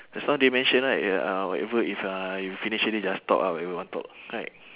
just now they mention right ya whatever if uh if finish already just talk ah whatever we want talk right